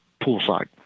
poolside